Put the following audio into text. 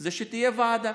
זה שתהיה ועדה,